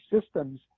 systems